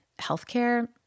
healthcare